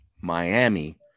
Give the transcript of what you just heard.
Miami